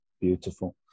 Beautiful